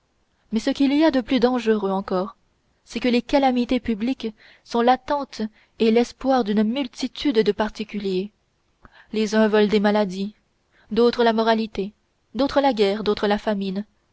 mais ce qu'il y de plus dangereux encore c'est que les calamités publiques sont l'attente et l'espoir d'une multitude de particuliers les uns veulent des maladies d'autres la moralité d'autres la guerre d'autres la famine